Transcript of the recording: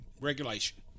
regulation